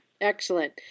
Excellent